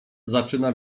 zaczyna